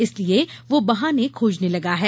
इसलिए वह बहाने खोजने लगा है